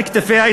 על כתפיה,